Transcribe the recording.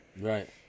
Right